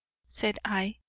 said i,